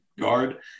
guard